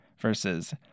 versus